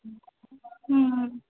हूँ